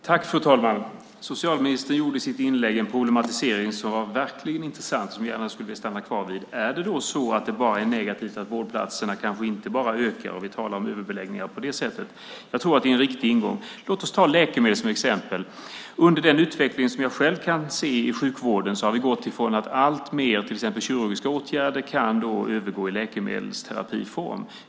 Fru talman! Socialministern gjorde i sitt inlägg en problematisering som verkligen var intressant och som jag gärna skulle vilja uppehålla mig vid, nämligen om det enbart är negativt att vårdplatserna kanske inte ökar och att vi talar om överbeläggningar på det sättet. Jag tror att det är en riktig ingång. Låt oss ta läkemedel som exempel. Under den utveckling som jag själv kan överblicka inom sjukvården har vi alltmer gått från till exempel kirurgiska åtgärder till läkemedelsterapi.